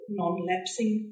non-lapsing